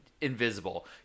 invisible